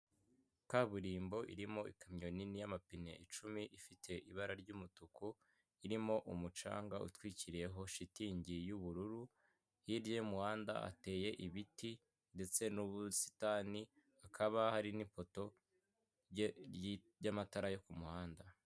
Umuntu wambaye umupira wa oranje wicaye mu ntebe ya purasitike wegamye, inyuma ye hari utubati tubiri tubikwamo, kamwe gasa umweru akandi gasa kacyi harimo ibikoresho bitandukanye.